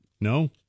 No